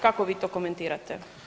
Kako vi to komentirate?